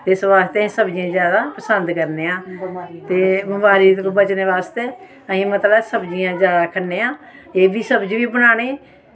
इस बास्तै सब्जियां जादै पसंद करने आं बमारियें कोला बचने बास्तै अस मतलब सब्जियां जादै खन्ने आं एह्दी सब्जी बी बनानी